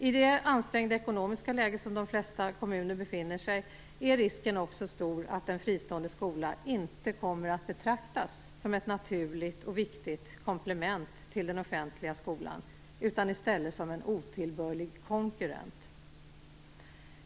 I det ansträngda ekonomiska läge som de flesta kommuner befinner sig i är risken också stor att en fristående skola inte kommer att betraktas som ett naturligt och viktigt komplement till den offentliga skolan utan i stället som en otillbörlig konkurrent.